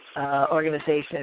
organization